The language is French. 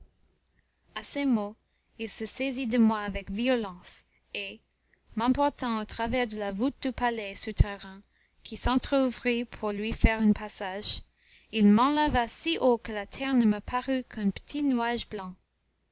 à ces mots il se saisit de moi avec violence et m'emportant au travers de la voûte du palais souterrain qui s'entr'ouvrit pour lui faire un passage il m'enleva si haut que la terre ne me parut qu'un petit nuage blanc